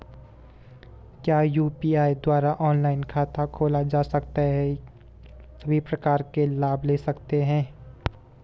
क्या यु.पी.आई द्वारा ऑनलाइन खाता खोला जा सकता है सभी प्रकार के लाभ ले सकते हैं?